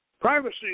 Privacy